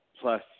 plus